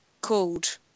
called